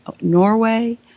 Norway